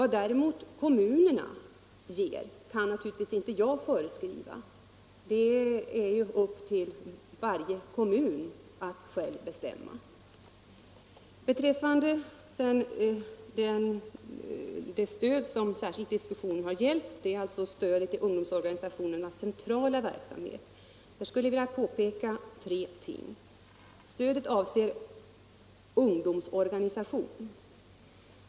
Vad kommunerna skall ge kan naturligtvis inte jag föreskriva, det ankommer det på varje kommun att själv bestämma. Vad sedan beträffar det stöd som diskussionen särskilt gällt, nämligen stödet till ungdomsorganisationernas centrala verksamhet, vill jag påpeka tre ting: 1. Stödet avser ungdomsorganisationer.